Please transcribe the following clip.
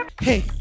Hey